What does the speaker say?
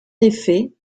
effet